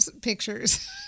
pictures